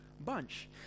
bunch